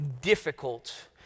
difficult